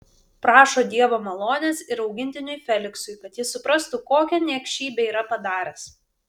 prašo dievo malonės ir augintiniui feliksui kad jis suprastų kokią niekšybę yra padaręs